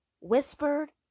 whispered